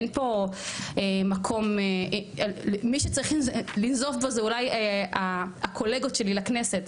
אין פה מקום מי שצריך לנזוף בו זה אולי הקולגות שלי לכנסת,